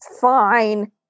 fine